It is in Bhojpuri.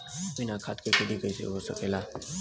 बिना खाद के खेती कइसे हो सकेला?